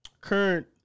current